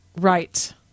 Right